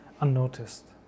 unnoticed